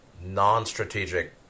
non-strategic